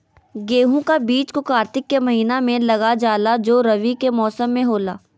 गेहूं का बीज को कार्तिक के महीना में लगा जाला जो रवि के मौसम में होला